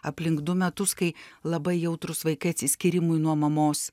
aplink du metus kai labai jautrūs vaikai atsiskyrimui nuo mamos